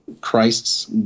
Christ's